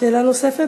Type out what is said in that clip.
את רוצה שאלה נוספת?